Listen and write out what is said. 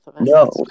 no